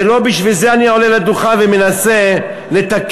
ולא בשביל זה אני עולה לדוכן ומנסה לתקן.